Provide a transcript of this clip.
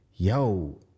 yo